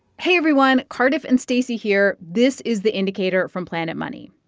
hey, everyone. cardiff and stacey here. this is the indicator from planet money.